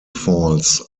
falls